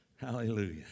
Hallelujah